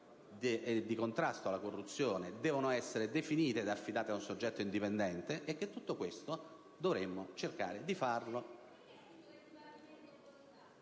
di contrasto alla corruzione debbono essere definite e affidate ad un soggetto indipendente. E dovremmo cercare di fare